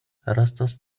rastas